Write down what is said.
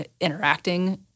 interacting